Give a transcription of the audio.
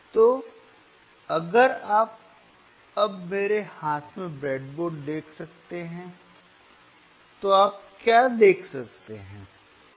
तो अगर आप अब मेरे हाथ में ब्रेडबोर्ड देख सकते हैं तो आप क्या देख सकते हैं